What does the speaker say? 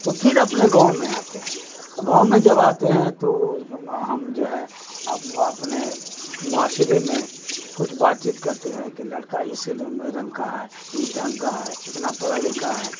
تو پھر اپنے گاؤں میں آتے ہیں گاؤں میں جب آتے ہیں تو ہم جو ہے اپنے معاشرے میں کچھ بات چیت کرتے ہیں کہ لڑکا اس رنگ کا ہے اس ڈھنگ کا ہے اتنا پڑھا لکھا ہے